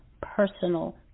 personal